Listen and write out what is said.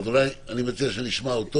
אז אני מציע שנשמע אותו